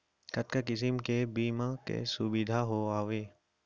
कतका किसिम के बीमा के सुविधा हावे?